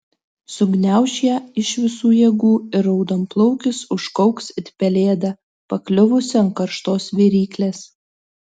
sugniauš ją iš visų jėgų ir raudonplaukis užkauks it pelėda pakliuvusi ant karštos viryklės